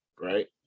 right